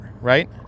right